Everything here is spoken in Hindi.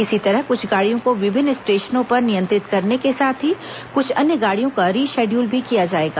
इसी तरह कुछ गाड़ियों को विभिन्न स्टेशनों पर नियंत्रित करने के साथ ही कुछ अन्य गाड़ियों का री शेडयूल भी किया जाएगा